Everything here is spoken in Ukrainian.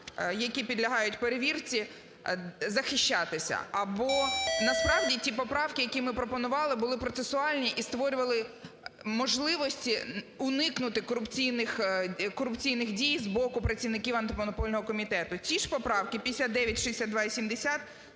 які підлягають перевірці, захищатися або… насправді, ті поправки, які ми пропонували, були процесуальні і створювали можливості уникнути корупційних дій з боку працівників Антимонопольного комітету. Ці ж поправки, 59, 62 і 70,